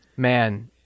man